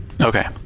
Okay